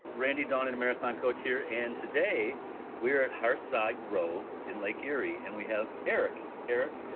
randy, dawn, and a marathon coach here. and today we are at hearthside grove in lake erie, and we have eric. eric,